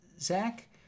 Zach